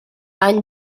any